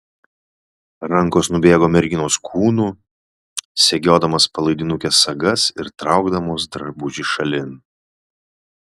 rankos nubėgo merginos kūnu segiodamos palaidinukės sagas ir traukdamos drabužį šalin